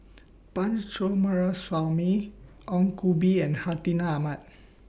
Punch Coomaraswamy Ong Koh Bee and Hartinah Ahmad